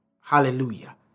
hallelujah